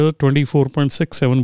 24.67